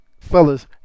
Fellas